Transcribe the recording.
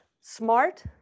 smart